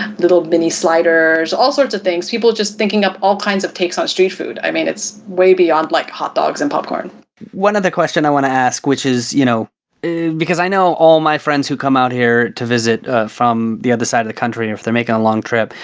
little mini sliders, all sorts of things. people just thinking up all kinds of takes on street food. i mean, it's way beyond like hotdogs and popcorn. seth one other question i want to ask which is, you know because i know all of my friends who come out here to visit from the other side of the country, if they're making a long trip,